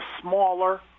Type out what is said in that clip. smaller